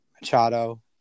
Machado